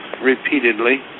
repeatedly